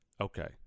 Okay